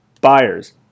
buyers